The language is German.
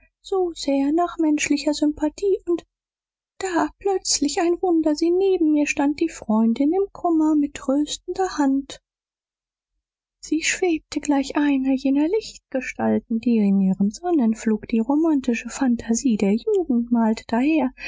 so sehr nach menschlicher sympathie und da plötzlich ein wunder sie neben mir stand die freundin im kummer mit tröstender hand sie schwebte gleich einer jener lichtgestalten die in ihrem sonnenflug die romantische phantasie der jugend malt daher